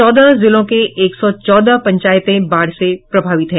चौदह जिलों के एक सौ चौदह पंचायत बाढ़ से प्रभावित हैं